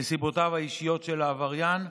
נסיבותיו האישיות של העבריין,